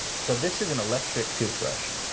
so this is an electric toothbrush?